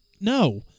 No